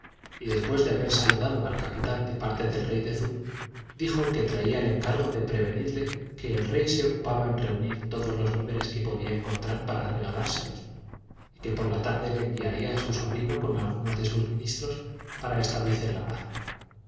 y después de haber saludado al capitán de parte del rey de zubu dijo que traía el encargo de prevenirle que el rey se ocupaba en reunir todos los víveres que podía encontrar para regalárselos y que por la tarde le enviaría a su sobrino con algunos de sus ministros para establecer la paz